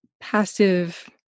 passive